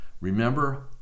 Remember